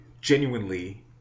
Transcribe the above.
genuinely